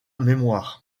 mémoire